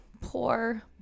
Poor